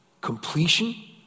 completion